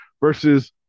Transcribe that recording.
versus